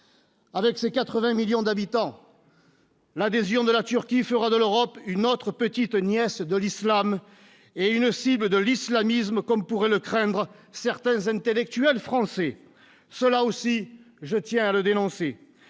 avec ses 80 millions d'habitants, l'adhésion de la Turquie fera de l'Europe, une autre petite nièce de l'Islam est une cible de l'islamisme comme pourrait le craindre certains intellectuels français cela aussi, je tiens à le dénoncer,